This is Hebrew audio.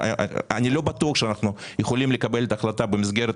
אני לא בטוח אנחנו יכולים לקבל את ההחלטה במסגרת